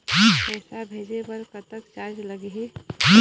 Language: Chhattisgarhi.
पैसा भेजे बर कतक चार्ज लगही?